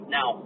Now